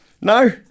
no